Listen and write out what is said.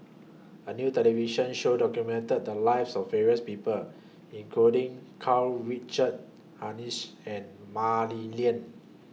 A New television Show documented The Lives of various People including Karl Richard Hanitsch and Mah Li Lian